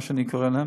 כפי שאני קורא להם,